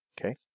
Okay